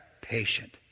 patient